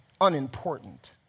unimportant